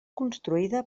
construïda